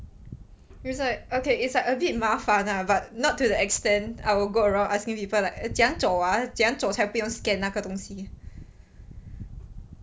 it was like okay it's like a bit 麻烦 lah but not to the extent I will go around asking people like 怎样走 ah 怎样走才不用 scan 那个东西